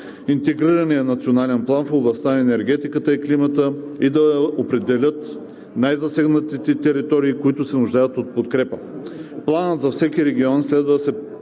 Интегрирания национален план в областта на енергетиката и климата и да определят най-засегнатите територии, които се нуждаят от подкрепа. Планът за всеки регион следва да